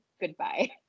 Goodbye